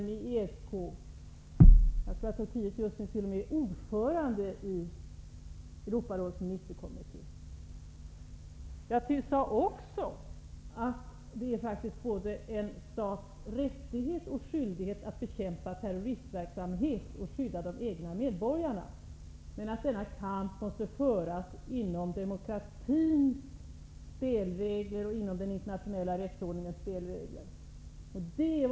Jag tror också att Turkiet för närvarande är ordförande i Jag sade också att det faktiskt både är en stats rättighet och skyldighet att bekämpa terroristverksamhet och skydda de egna medborgarna. Denna kamp måste dock föras med demokratins och den internationella rättsordningens spelregler.